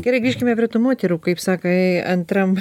gerai grįžkime prie tų moterų kaip sakai antram